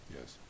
yes